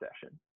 session